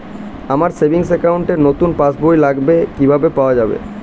আমার savings account র নতুন পাসবই লাগবে কিভাবে পাওয়া যাবে?